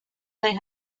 they